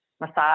massage